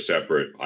separate